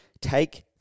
take